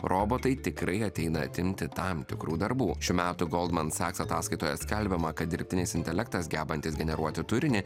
robotai tikrai ateina atimti tam tikrų darbų šių metų goldmansaks ataskaitoje skelbiama kad dirbtinis intelektas gebantis generuoti turinį